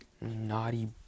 naughty